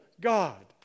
God